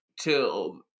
till